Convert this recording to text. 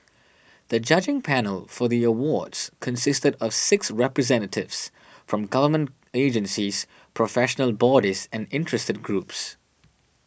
the judging panel for the Awards consisted of six representatives from government agencies professional bodies and interested groups